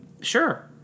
Sure